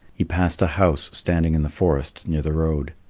he passed a house standing in the forest near the road.